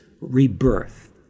rebirth